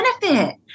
benefit